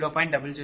u